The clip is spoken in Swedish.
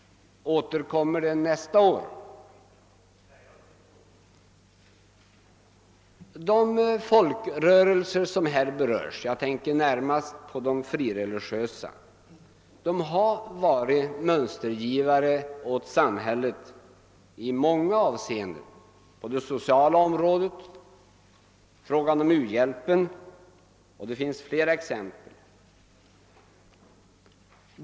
Återkommer det nästa år? De folkrörelser som här berörs — jag tänker närmast på de frikyrkliga — har varit mönstergivare åt samhället i många avseenden på det sociala området och i fråga om u-hjälpen; det visar flera exempel.